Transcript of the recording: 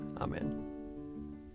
amen